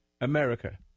America